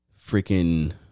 freaking